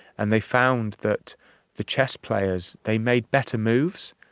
and they found that the chess players, they made better moves,